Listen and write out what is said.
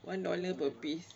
one dollar per piece